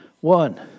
One